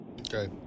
Okay